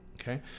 okay